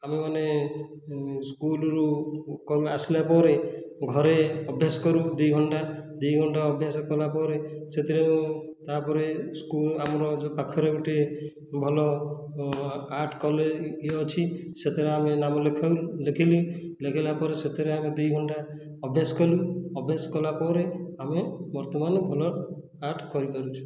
ଆମେମାନେ ସ୍କୁଲରୁ ଆସିଲା ପରେ ଘରେ ଅଭ୍ୟାସ କରୁ ଦୁଇ ଘଣ୍ଟା ଦୁଇ ଘଣ୍ଟା ଅଭ୍ୟାସ କଲା ପରେ ସେଥିରେ ତା'ପରେ ଆମର ଯେଉଁ ପାଖରେ ଗୋଟିଏ ଭଲ ଆର୍ଟ କଲେ ୟିଏ ଅଛି ସେଥିରେ ଆମେ ନାମ ଲେଖାଉ ଲେଖିଲି ଲେଖିଲା ପରେ ସେଥିରେ ଆମେ ଦୁଇ ଘଣ୍ଟା ଅଭ୍ୟାସ କଲୁ ଅଭ୍ୟାସ କଲା ପରେ ଆମେ ବର୍ତ୍ତମାନ ଭଲ ଆର୍ଟ କରିପାରୁଛୁ